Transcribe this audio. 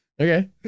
Okay